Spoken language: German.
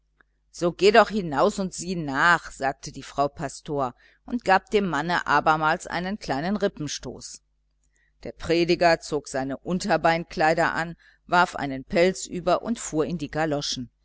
so geh doch hinaus und sieh nach sagte die frau pastor und gab dem manne abermals einen kleinen rippenstoß der prediger zog seine unterbeinkleider an warf einen pelz über und fuhr in die